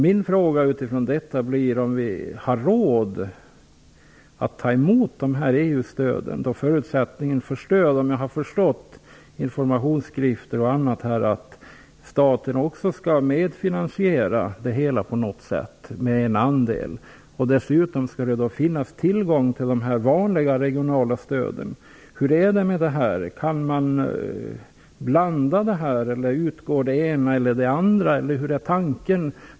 Min fråga utifrån detta blir om vi har råd att ta emot dessa EU-stöd. Om jag har förstått informationsskriften är förutsättningen att staten också skall vara med och finansiera en andel. Dessutom skulle det finnas tillgång till de vanliga regionala stöden. Hur är det med detta? Kan man blanda de olika stöden, eller utgår antingen det ena eller det andra? Vilken är tanken?